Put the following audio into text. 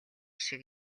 шиг